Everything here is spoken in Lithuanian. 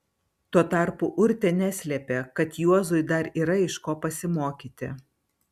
tuo tarpu urtė neslėpė kad juozui dar yra iš ko pasimokyti